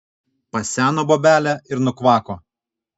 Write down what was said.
paseno bobelė ir nukvako